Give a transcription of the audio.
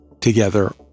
together